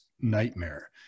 nightmare